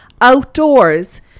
outdoors